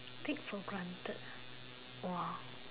take for granted !wah!